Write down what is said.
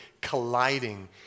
colliding